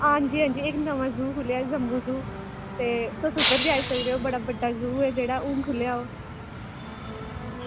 हांजी हांजी इक नवा ज़ू खुल्लेआ जम्बू ज़ू ते तुस उद्धर जाई सकदे ओह् बड़ा बड्डा ज़ू ऐ जेह्ड़ा हून खुल्लेआ ओह्